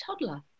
toddler